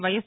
YS